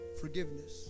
Forgiveness